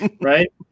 right